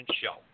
show